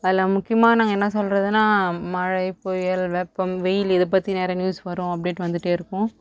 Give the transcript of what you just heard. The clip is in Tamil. அதில் முக்கியமான என்ன சொல்கிறதுனா மழை புயல் வெப்பம் வெயில் இதைப் பற்றி நிறைய நியூஸ் வரும் அப்டேட் வந்துட்டுருக்கும்